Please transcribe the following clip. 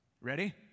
Ready